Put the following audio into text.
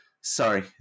Sorry